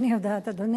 אני יודעת, אדוני.